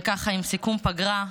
וככה, עם סיכום, פגרה,